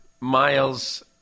Miles